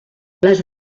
les